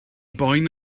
boen